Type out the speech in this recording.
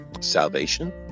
Salvation